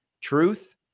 Truth